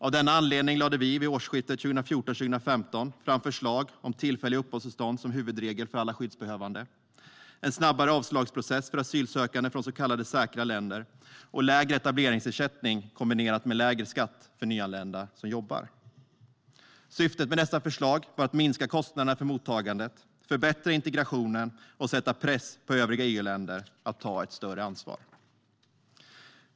Av denna anledning lade vi vid årsskiftet 2014-2015 fram förslag om tillfälliga uppehållstillstånd som huvudregel för alla skyddsbehövande, en snabbare avslagsprocess för asylsökande från så kallade säkra länder och lägre etableringsersättning kombinerat med lägre skatt för nyanlända som jobbar. Syftet med dessa förslag var att minska kostnaderna för mottagandet, förbättra integrationen och sätta press på övriga EU-länder att ta ett större ansvar.